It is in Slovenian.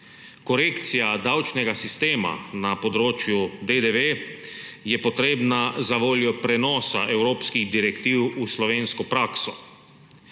Korekcija davčnega sistema na področju DDV je potrebna zavoljo prenosa evropskih direktiv v slovensko prakso.